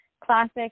classic